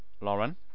Lauren